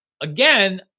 again